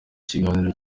kiganiro